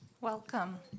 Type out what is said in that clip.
Welcome